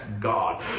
God